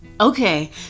Okay